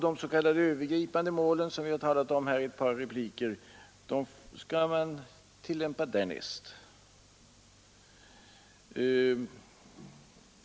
De s.k. övergripande målen, som vi talat om här i ett par repliker, skall man tillämpa därnäst.